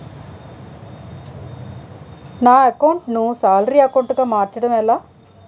నా అకౌంట్ ను salary account గా మార్చటం ఎలా?